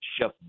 Chef